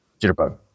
Jitterbug